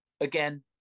Again